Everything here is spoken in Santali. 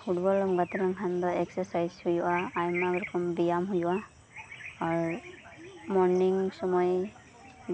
ᱯᱷᱩᱴᱵᱚᱞᱮᱢ ᱜᱟᱛᱤ ᱞᱮᱱᱠᱷᱟᱱ ᱥᱚᱨᱤᱨ ᱨᱮ ᱮᱠᱥᱟᱨᱥᱟᱭᱤᱡ ᱦᱩᱭᱩᱜᱼᱟ ᱟᱭᱢᱟ ᱨᱚᱠᱚᱢ ᱵᱮᱭᱟᱢ ᱦᱩᱭᱩᱜᱼᱟ ᱟᱨ ᱢᱚᱨᱱᱤᱝ ᱥᱚᱢᱚᱭ